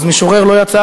אז משורר לא יצא,